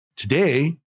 Today